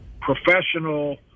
professional